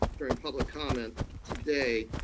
during public comment today,